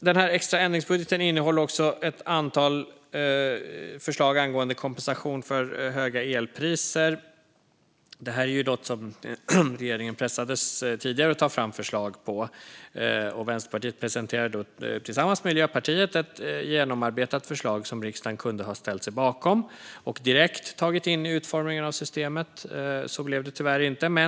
Den extra ändringsbudgeten innehåller också ett antal förslag angående kompensation för höga elpriser. Det är något som regeringen tidigare pressades att ta fram förslag på. Vänsterpartiet presenterade då tillsammans med Miljöpartiet ett genomarbetat förslag som riksdagen kunde ha ställt sig bakom och direkt tagit in i utformningen av systemet. Så blev det tyvärr inte.